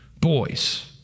Boys